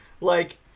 like-